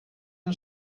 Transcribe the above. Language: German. den